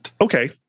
Okay